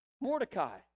Mordecai